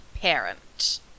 parent